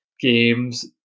games